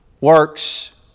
works